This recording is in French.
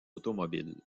automobiles